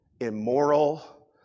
immoral